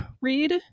read